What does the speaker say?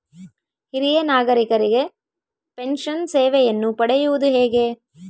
ಹಿರಿಯ ನಾಗರಿಕರಿಗೆ ಪೆನ್ಷನ್ ಸೇವೆಯನ್ನು ಪಡೆಯುವುದು ಹೇಗೆ?